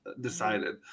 decided